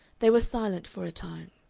they were silent for a time.